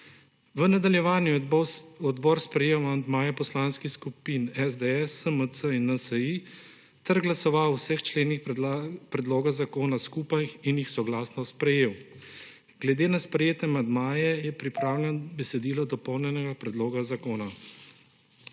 V nadaljevanju je odbor sprejel amandmaje poslanskih skupin SDS, SMC in NSi ter glasoval o vseh členih predloga zakona skupaj in jih soglasno sprejel. Glede na sprejete amandmaje je pripravljeno besedilo dopolnjenega predloga zakona.